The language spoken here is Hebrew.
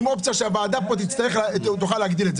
עם אופציה שהוועדה תוכל להאריך את התקופה.